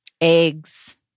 eggs